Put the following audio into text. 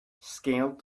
scaled